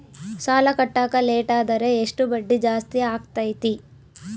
ಸಾಲ ಕಟ್ಟಾಕ ಲೇಟಾದರೆ ಎಷ್ಟು ಬಡ್ಡಿ ಜಾಸ್ತಿ ಆಗ್ತೈತಿ?